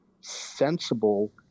sensible